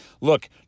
Look